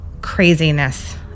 craziness